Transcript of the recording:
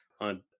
on